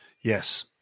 yes